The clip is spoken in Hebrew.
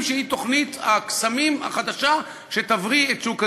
שהיא תוכנית הקסמים החדשה שתבריא את שוק הדיור.